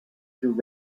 through